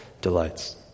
delights